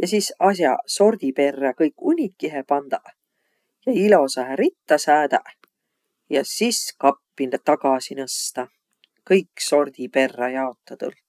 ja sis as'aq sordi perrä kõik unikihe pandaq ja ilosahe ritta säädäq ja sis kappi tagasi nõstaq, kõik sordi perrä jaotõdult.